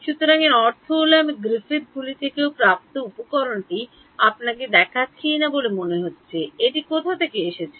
সুতরাং এর অর্থ হল আমি গ্রিফিথগুলি থেকে প্রাপ্ত উপকরণটি আপনাকে দেখাইচ্ছি না বলে মনে হচ্ছে এটি কোথা থেকে এসেছে